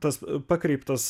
tas pakreiptas